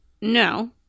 no